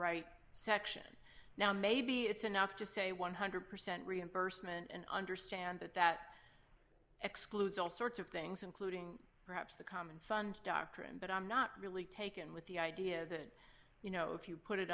right section now maybe it's enough to say one hundred percent reimbursement and understand that that excludes all sorts of things including perhaps the common fund doctrine but i'm not really taken with the idea that you know if you put it